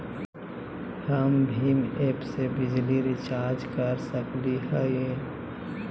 हम भीम ऐप से बिजली बिल रिचार्ज कर सकली हई?